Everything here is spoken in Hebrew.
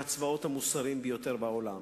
מהצבאות המוסריים ביותר בעולם.